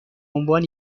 عنوان